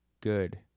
good